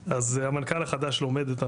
המנכ"ל החדש לומד את הנושא,